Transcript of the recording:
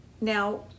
Now